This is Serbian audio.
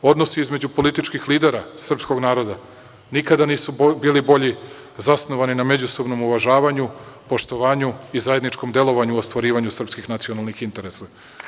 Odnosi između političkih lidera srpskog naroda nikada nisu bili bolji, zasnovani na međusobnom uvažavanju, poštovanju i zajedničkom delovanju u ostvarivanju srpskih nacionalnih interesa.